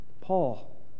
Paul